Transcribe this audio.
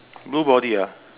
blue body ah